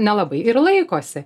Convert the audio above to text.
nelabai ir laikosi